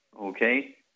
okay